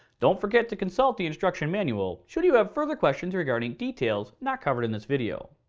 don't forget to consult the instruction manual, should you have further questions regarding details not covered in this video.